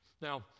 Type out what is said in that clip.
now